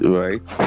right